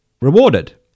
rewarded